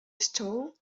stove